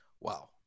Wow